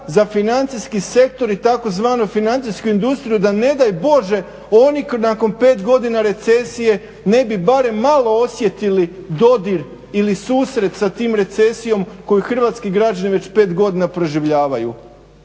za financijski sektor i tzv. financijsku industriju da ne daj Bože oni nakon pet godina recesije ne bi barem malo osjetili dodir ili susret sa tim recesijom koju Hrvatski građani već pet godina proživljavaju.